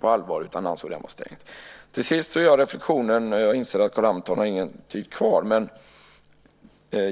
på allvar utan ansåg den vara stängd. Till sist vill jag göra en reflexion - jag inser att Carl Hamilton inte har någon talartid kvar.